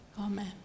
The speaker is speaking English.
Amen